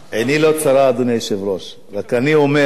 עיני לא צרה, אדוני היושב-ראש, רק אני אומר,